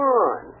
on